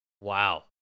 Wow